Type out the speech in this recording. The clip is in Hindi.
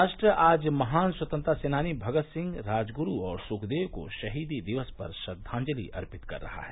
राष्ट्र आज महान स्वतंत्रता सेनानी भगत सिंह राजगुरू और सुखदेव को शहीदी दिवस पर श्रद्वांजलि अर्पित कर रहा है